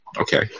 okay